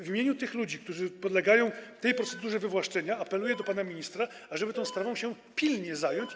W imieniu ludzi, którzy podlegają tej procedurze wywłaszczenia, apeluję do pana ministra, ażeby tą sprawą pilnie się zająć.